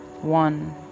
one